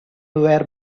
were